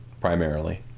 primarily